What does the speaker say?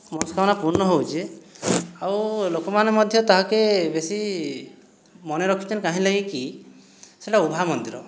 ମନସ୍କାମନା ପୂର୍ଣ୍ଣ ହଉଛେ ଆଉ ଲୋକମାନେ ମଧ୍ୟ ତାହାକେ ବେଶୀ ମନେ ରଖିଛନ୍ କାହିଁ ଲାଗିକି ସେଟା ଉଭା ମନ୍ଦିର